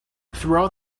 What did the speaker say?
throughout